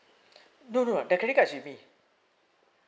no no the credit card is with me